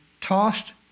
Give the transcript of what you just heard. tossed